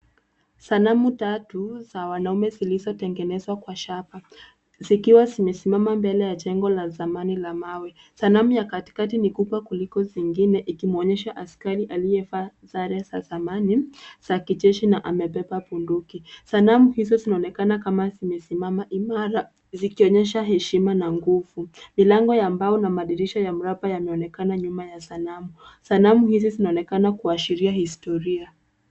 Sanamu tatu za wanaume zilizotengenezwa kwa shaba zikiwa zime simama mbele ya jengo la zamani la mawe. Sanamu ya katikati ni kubwa kuliko zingine ikimuonyesha askari aliyefaa sare za zamani za kijeshi na amebeba bunduki. Sanamu hizo zinaonekana kama zimesimama imara zikionyesha heshima na nguvu. Milango ya mbao na madirisha ya mraba yameonekana nyuma ya sanamu. Sanamu hizo zinaonekana kuashiria historia.